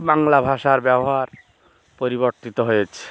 বাংলা ভাষার ব্যবহার পরিবর্তিত হয়েছে